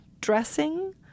dressing